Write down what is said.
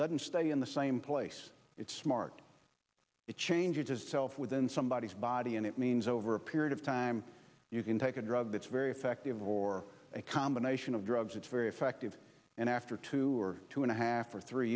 doesn't stay in the same place it's smart it changes self within somebodies body and it means over a period of time you can take a drug that's very effective or a combination of drugs it's very effective and after two or two and a half or three